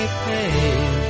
pain